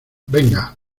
venga